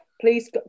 please